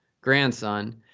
grandson